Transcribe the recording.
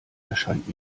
erscheint